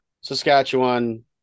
Saskatchewan